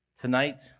Tonight